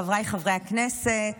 חבריי חברי הכנסת,